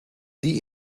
die